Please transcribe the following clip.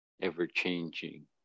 ever-changing